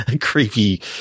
creepy